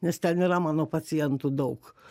nes ten yra mano pacientų daug